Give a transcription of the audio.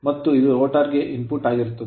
ಮತ್ತು ಇದು ರೋಟರ್ ಗೆ ಇನ್ಪುಟ್ ಆಗಿರುತ್ತದೆ